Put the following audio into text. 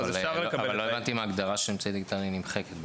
אבל לא הבנתי אם ההגדרה של אמצעי דיגיטלי נמחקת.